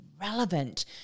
relevant